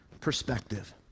perspective